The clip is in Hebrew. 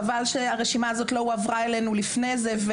חבל שהרשימה הזאת לא הועברה אלינו לפני זה.